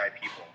people